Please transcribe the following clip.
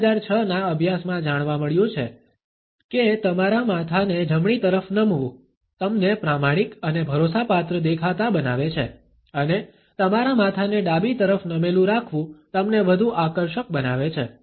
2006 ના અભ્યાસમાં જાણવા મળ્યું છે કે તમારા માથાને જમણી તરફ નમવું તમને પ્રમાણિક અને ભરોસાપાત્ર દેખાતા બનાવે છે અને તમારા માથાને ડાબી તરફ નમેલું રાખવું તમને વધુ આકર્ષક બનાવે છે